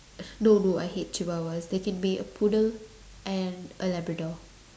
no no I hate chihuahuas they can be a poodle and a labrador